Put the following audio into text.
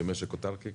כמשק אוטרקי?